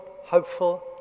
hopeful